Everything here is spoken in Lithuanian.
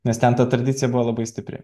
nes ten ta tradicija buvo labai stipri